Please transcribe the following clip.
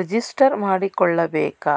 Register ಮಾಡಿಕೊಳ್ಳಬೇಕಾ?